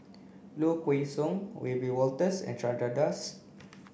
Low Kway Song Wiebe Wolters and Chandra Das